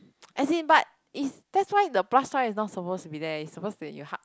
as in but is that's why the plus sign not suppose to be there it's suppose to be at your heart